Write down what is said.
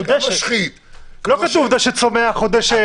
לא הכוונה לדשא צומח או דשא סינתטי.